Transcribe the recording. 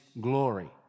glory